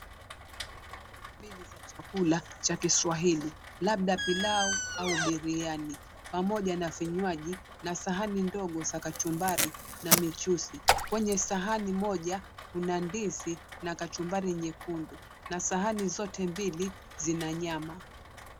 Sahani mbili za chakula cha kiswahili labda pilau au biriani, pamoja na vinywaji na sahani ndogo za kachumbari na michuzi. Kwenye sahani moja kuna ndizi na kachumbari nyekundu na sahani zote mbili zina nyama.